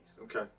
Okay